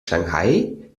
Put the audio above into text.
shanghai